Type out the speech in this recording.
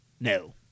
no